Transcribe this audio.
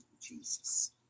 Jesus